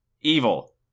Evil